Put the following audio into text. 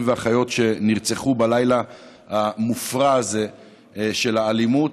והאחיות שנרצחו בלילה המופרע הזה של האלימות,